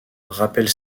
rappelle